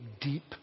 deep